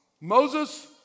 Moses